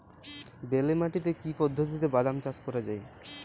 বেলে মাটিতে কি পদ্ধতিতে বাদাম চাষ করা যায়?